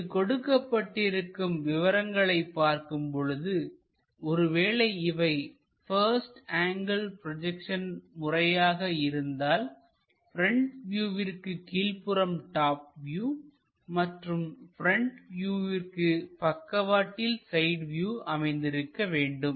இங்கு கொடுக்கப்பட்டிருக்கும் விவரங்களைப் பார்க்கும் பொழுது ஒருவேளை இவை பாஸ்ட் ஆங்கிள் ப்ரொஜெக்ஷன் முறையாக இருந்தால் ப்ரெண்ட் வியூவிற்கு கீழ்புறம் டாப் வியூ மற்றும் ப்ரெண்ட் வியூவிற்கு பக்கவாட்டில் சைடு வியூ அமைந்திருக்க வேண்டும்